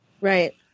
Right